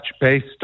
based